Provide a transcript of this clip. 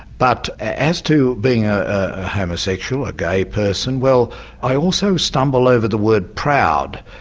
but as to being a homosexual, a gay person, well i also stumble over the word proud.